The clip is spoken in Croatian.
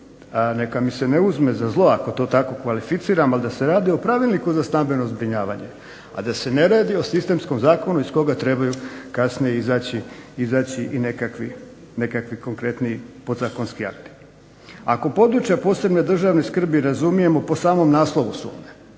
neka mi se ne uzme za zlo ako to tako kvalificiram, ali da se radi o pravilniku za stambeno zbrinjavanje, a da se ne radi o sistemskom zakonu iz koga trebaju kasnije izaći i nekakvi konkretni podzakonski akti. Ako područja posebne državne skrbi razumijemo po samom naslovu svome